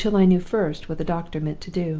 until i knew first what the doctor meant to do.